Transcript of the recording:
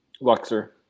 Luxor